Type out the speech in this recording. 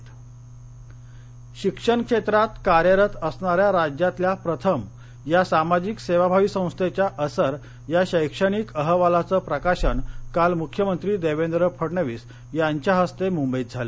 असर शिक्षण क्षेत्रात कार्यरत असणाऱ्या राज्यातल्या प्रथम या सामाजिक सेवाभावी संस्थेच्या असर या शैक्षणिक अहवालाचं प्रकाशन काल मुख्यमंत्री देवेंद्र फडणवीस यांच्या हस्ते मुंबईत झालं